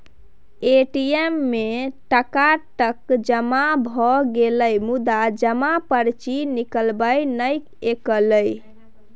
ATM मे टका तए जमा भए गेलै मुदा जमा पर्ची निकलबै नहि कएलै